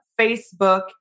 Facebook